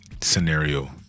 scenario